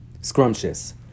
Scrumptious